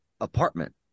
apartment